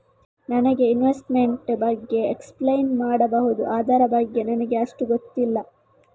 ನನಗೆ ಇನ್ವೆಸ್ಟ್ಮೆಂಟ್ ಬಗ್ಗೆ ಎಕ್ಸ್ಪ್ಲೈನ್ ಮಾಡಬಹುದು, ಅದರ ಬಗ್ಗೆ ನನಗೆ ಅಷ್ಟು ಗೊತ್ತಿಲ್ಲ?